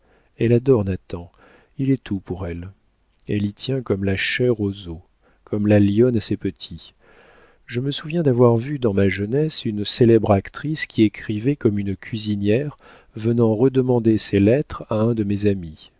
des alpes elle adore nathan il est tout pour elle elle y tient comme la chair aux os comme la lionne à ses petits je me souviens d'avoir vu dans ma jeunesse une célèbre actrice qui écrivait comme une cuisinière venant redemander ses lettres à un de mes amis